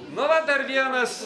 nu va dar vienas